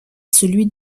celui